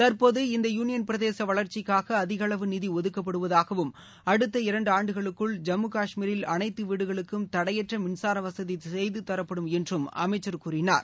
தற்போது இந்த யூனியன் பிரதேச வளர்ச்சிக்காக அதிக அளவு நிதி ஒதுக்கப்படுவதாகவும் அடுத்த இரண்டு ஆண்டுகளுக்குள் ஜம்மு கஷ்மீரில் அனைத்து வீடுகளுக்கும் தடையற்ற மின்சார வசதி செய்து தரப்படும் என்று அமைச்சர் கூறினார்